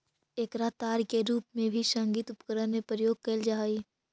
एकरा तार के रूप में भी संगीत उपकरण में प्रयोग कैल जा हई